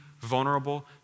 vulnerable